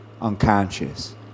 unconscious